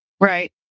Right